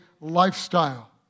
lifestyle